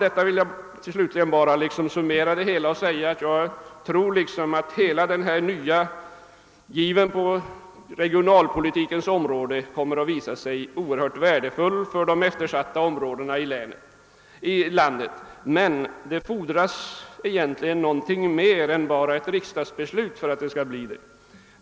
Jag vill till slut summera och säga att jag tror att hela denna nya giv på regionalpolitikens område kommer att visa sig oerhört värdefull för de eftersatta områdena i lan det, men det fordras någonting mer än bara ett riksdagsbeslut.